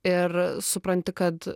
ir supranti kad